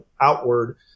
outward